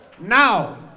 Now